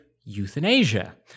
euthanasia